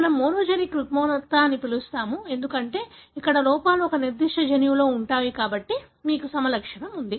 మనం మోనోజెనిక్ రుగ్మత అని పిలుస్తాము ఎందుకంటే ఇక్కడ లోపాలు ఒక నిర్దిష్ట జన్యువులో ఉంటాయి కాబట్టి మీకు సమలక్షణం ఉంది